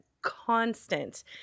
Constant